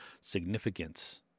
significance